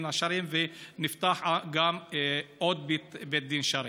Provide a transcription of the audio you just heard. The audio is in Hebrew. השרעיים ונפתח גם עוד בית דין שרעי,